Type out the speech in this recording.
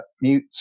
Mute